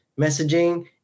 messaging